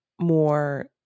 more